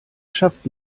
schafft